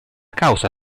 causa